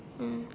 mm